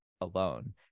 alone